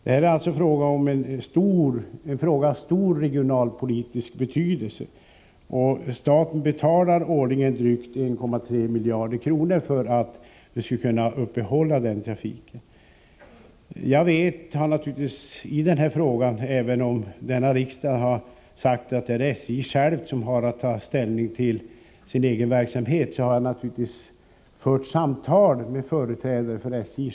Detta är alltså en fråga av stor regionalpolitisk betydelse, och staten betalar årligen drygt 1,3 miljarder kronor för att vi skall kunna upprätthålla denna trafik. Även om riksdagen har sagt att det är SJ som har att ta ställning till sin egen verksamhet, har jag självfallet fört samtal med företrädare för SJ.